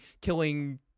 killing